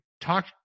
talk